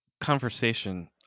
conversation